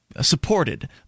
supported